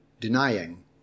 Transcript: denying